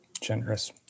Generous